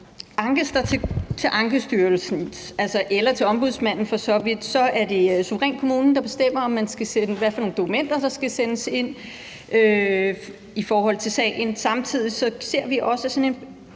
Ankes der til Ankestyrelsen eller for så vidt til Ombudsmanden, er det suverænt kommunen, der bestemmer, hvilke dokumenter der skal sendes ind i forhold til sagen. Samtidig ser vi også, at sådan en